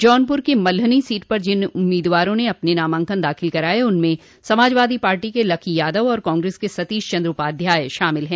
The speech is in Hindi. जौनपुर की मल्हनी सीट पर जिन उम्मीदवारों ने अपने नामांकन दाखिल कराये उनमें समाजवादी पार्टी के लकी यादव और कांग्रेस के सतीश चन्द्र उपाध्याय शामिल हैं